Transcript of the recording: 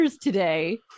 today